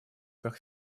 как